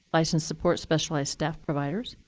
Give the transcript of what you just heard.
licensed support specialized staff providers,